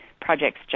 projects